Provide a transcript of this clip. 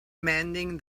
mending